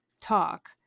talk